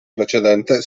precedente